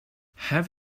have